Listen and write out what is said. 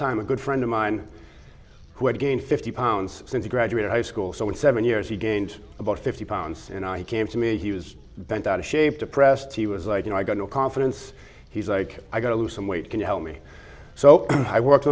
time a good friend of mine who had gained fifty pounds since i graduated high school so in seven years he gained about fifty pounds and i came to me he was bent out of shape depressed he was like you know i got no confidence he's like i got to lose some weight can you help me so i worked